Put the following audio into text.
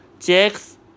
Jacks